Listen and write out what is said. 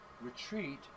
Retreat